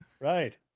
right